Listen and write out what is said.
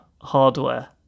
hardware